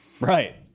Right